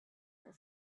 her